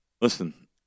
Listen